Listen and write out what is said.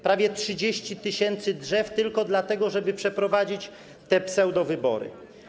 Prawie 30 tys. drzew, tylko dlatego, żeby przeprowadzić te pseudowybory.